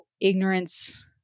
ignorance